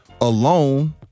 alone